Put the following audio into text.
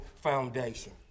foundation